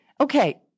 Okay